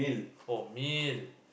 oh meal